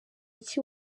iki